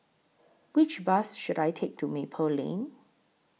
Which Bus should I Take to Maple Lane